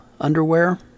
underwear